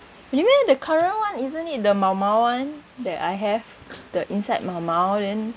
you mean the current one isn't it the 毛毛 one that I have the inside 毛毛 then